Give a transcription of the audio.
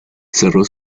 cerró